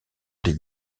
des